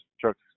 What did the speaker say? trucks